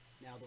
Now